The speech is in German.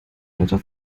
netter